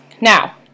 Now